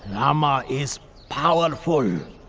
rama is powerful. yeah